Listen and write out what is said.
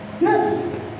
Yes